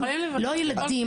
לא ילדים.